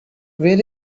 where